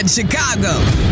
Chicago